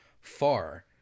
far